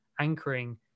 anchoring